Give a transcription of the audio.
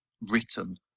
written